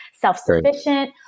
self-sufficient